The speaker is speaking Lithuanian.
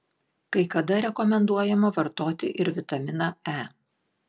kai kada rekomenduojama vartoti ir vitaminą e